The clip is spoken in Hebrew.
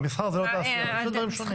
מסחר זה לא תעשייה, זה שני דברים שונים.